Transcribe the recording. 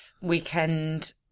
Weekend